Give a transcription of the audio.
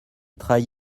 trahi